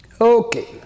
Okay